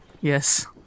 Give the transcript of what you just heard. Yes